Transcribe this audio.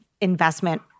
investment